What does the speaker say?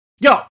Yo